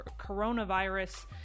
coronavirus